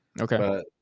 Okay